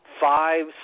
five